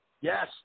Yes